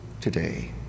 today